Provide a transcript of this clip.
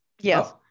Yes